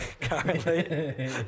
currently